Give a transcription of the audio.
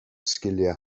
sgiliau